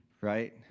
right